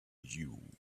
you